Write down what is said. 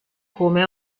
come